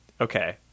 Okay